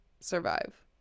Survive